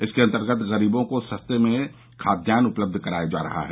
इसके अंतर्गत गरीबों को सस्ते में खाद्यान्न उपलब्ध कराया जा रहा है